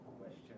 question